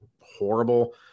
horrible